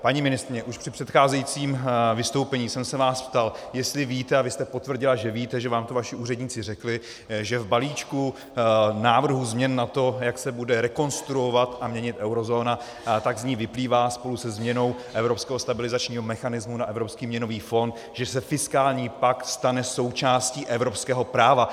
Paní ministryně, už při předcházejícím vystoupení jsem se vás ptal, jestli víte, a vy jste potvrdila, že víte, že vám to vaši úředníci řekli, že v balíčku návrhů změn na to, jak se bude rekonstruovat a měnit eurozóna, tak z ní vyplývá spolu se změnou Evropského stabilizačního mechanismu na Evropský měnový fond, že se fiskální pakt stane součástí evropského práva.